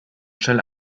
schnell